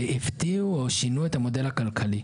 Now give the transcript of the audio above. שהפתיעו או שינו את המודל הכלכלי.